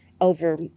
over